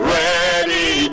ready